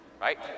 Right